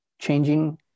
changing